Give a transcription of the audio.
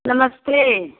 नमस्ते